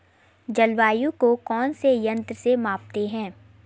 जलवायु को कौन से यंत्र से मापते हैं?